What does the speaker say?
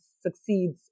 succeeds